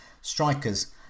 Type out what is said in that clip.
strikers